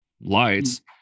lights